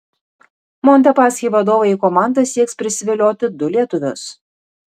montepaschi vadovai į komandą sieks prisivilioti du lietuvius